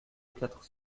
quatre